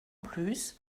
plus